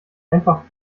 einfach